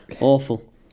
Awful